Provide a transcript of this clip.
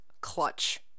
clutch